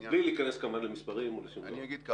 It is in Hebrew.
בלי להיכנס כמובן למספרים או --- המשמעויות